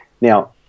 Now